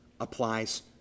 applies